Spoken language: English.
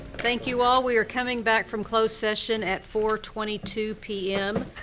thank you all. we are coming back from closed session at four twenty two pm.